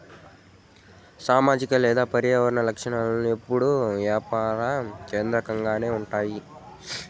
సామాజిక లేదా పర్యావరన లక్ష్యాలు ఎప్పుడూ యాపార కేంద్రకంగానే ఉంటాయి